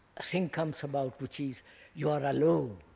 thing comes about, which is you are alone.